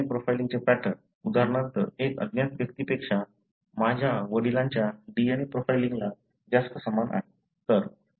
माझे DNA प्रोफाइलिंगचे pattern उदाहरणार्थ एक अज्ञात व्यक्ती पेक्षा माझ्या वडिलांच्या DNA प्रोफाइलिंगला जास्त समान असेल